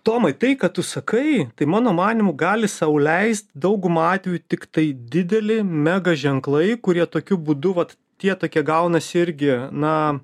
tomai tai ką tu sakai tai mano manymu gali sau leist dauguma atvejų tiktai dideli mega ženklai kurie tokiu būdu vat tie tokie gaunasi irgi na